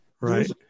Right